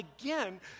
again